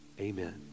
amen